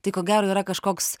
tai ko gero yra kažkoks